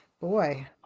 Boy